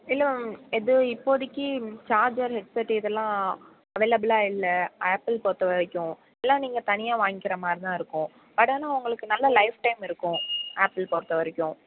இல்லை மேம் எதுவும் இப்போதைக்கி சார்ஜர் ஹெட் செட் இதெல்லாம் அவைலபிளாக இல்லை ஆப்பிள் பொருத்தவரைக்கும் எல்லாம் நீங்கள் தனியாக வாங்கிக்கிற மாதிரிதான் இருக்கும் பட் ஆனால் உங்களுக்கு நல்லா லைஃப் டைம் இருக்கும் ஆப்பிள் பொருத்தவரைக்கும்